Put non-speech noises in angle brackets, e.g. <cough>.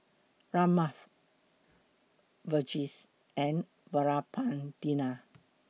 Ramnath Verghese and <unintelligible>